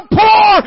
poor